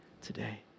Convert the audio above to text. today